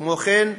כמו כן,